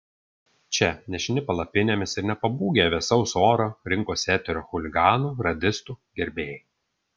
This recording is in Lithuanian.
čia nešini palapinėmis ir nepabūgę vėsaus oro rinkosi eterio chuliganų radistų gerbėjai